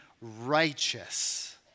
righteous